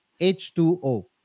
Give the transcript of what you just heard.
H2O